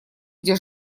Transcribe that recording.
где